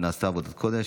נעשתה עבודת קודש.